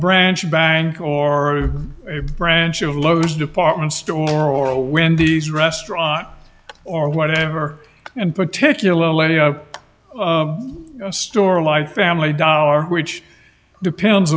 branch bank or a branch of lowe's department store or when these restaurant or whatever and particularly a store like family dollar which depends